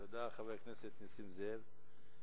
תודה, חבר הכנסת נסים זאב.